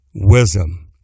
Wisdom